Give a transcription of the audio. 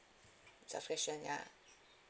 subscription ya